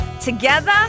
together